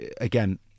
again